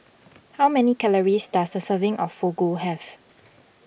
how many calories does a serving of Fugu have